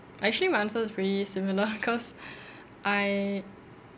actually my answer's pretty similar cause I